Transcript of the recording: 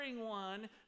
one